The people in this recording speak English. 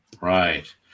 right